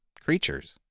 creatures